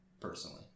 personally